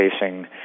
facing